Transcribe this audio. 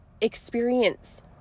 experience